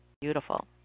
Beautiful